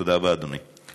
תודה רבה, אדוני.